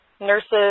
nurses